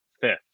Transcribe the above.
fifth